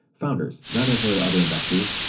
founders. not necessarily other investors.